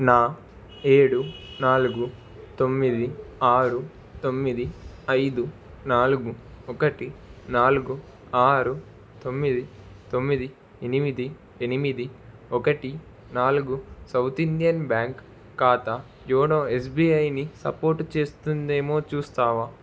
నా ఏడు నాలుగు తొమ్మిది ఆరు తొమ్మిది ఐదు నాలుగు ఒకటి నాలుగు ఆరు తొమ్మిది తొమ్మిది ఎనిమిది ఎనిమిది ఒకటి నాలుగు సౌత్ ఇండియన్ బ్యాంక్ ఖాతా యోనో ఎస్బీఐని సపోర్టు చేస్తుందేమో చూస్తావా